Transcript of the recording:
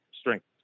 strength